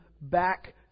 back